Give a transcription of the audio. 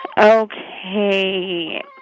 Okay